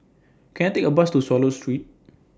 Can I Take A Bus to Swallow Street